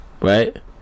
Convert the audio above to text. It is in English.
right